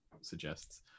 suggests